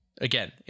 Again